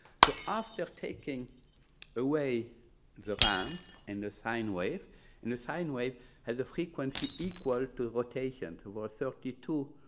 so after taking away and so um and a sine wave and the sine wave has a frequency equal to rotation to our thirty two